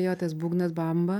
jo tas būgnas bamba